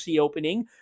opening